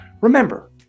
Remember